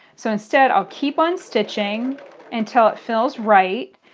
so instead, i'll keep on stitching until it feels right.